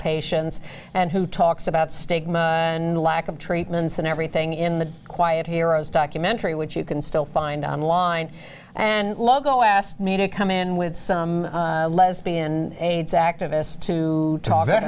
patients and who talks about stigma and lack of treatments and everything in the quiet heroes documentary which you can still find on line and logo asked me to come in with some lesbian and aids activists to t